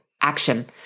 action